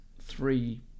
three